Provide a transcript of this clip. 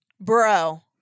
Bro